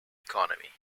economy